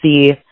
see